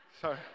Sorry